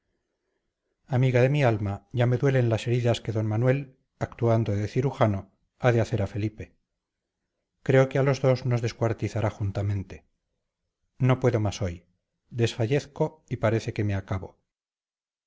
amiga de mi alma ya me duelen las heridas que d manuel actuando de cirujano ha de hacer a felipe creo que a los dos nos descuartizará juntamente no puedo más hoy desfallezco y parece que me acabo